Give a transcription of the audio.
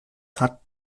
hat